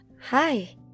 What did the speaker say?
Hi